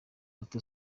ati